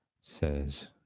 says